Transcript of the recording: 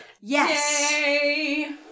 Yes